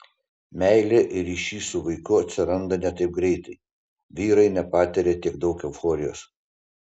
meilė ir ryšys su vaiku atsiranda ne taip greitai vyrai nepatiria tiek daug euforijos